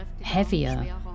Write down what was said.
heavier